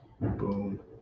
Boom